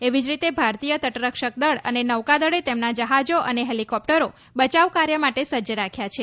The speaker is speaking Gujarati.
એવી જ રીતે ભારતીય તટરક્ષક દળ અને નૌકાદળે તેમના જહાજો અને હેલિકોપ્ટરો બચાવ કાર્ય માટે સજ્જ રાખ્યા છે